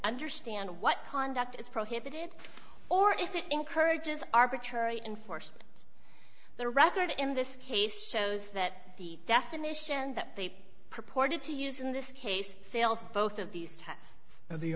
understand what conduct is prohibited or if it encourages arbitrary enforcement the record in this case shows that the definition that they purported to use in this case fails both of these tests and the